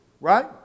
right